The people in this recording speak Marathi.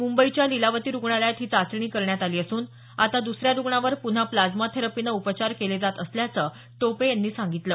मुंबईच्या लीलावती रुग्णालयात ही चाचणी करण्यात आली असून आता दुसऱ्या रुग्णावर पुन्हा प्लाझ्मा थेरपीने उपचार केले जात असल्याचं टोपे यांनी सांगितलं